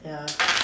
ya